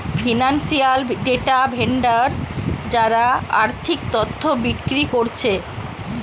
financial data vendor যারা আর্থিক তথ্য বিক্রি কোরছে